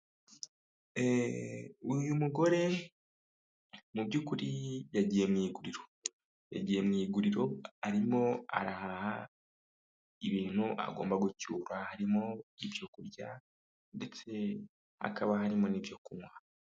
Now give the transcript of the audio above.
Uyu mugore mu byukuri yagiye mu iguriro, yagiye mu iguriro arimo arahaha ibintu agomba gucyura harimo ibyo kurya ndetse akaba harimo n'ibyo kunywa.